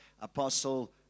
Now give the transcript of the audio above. Apostle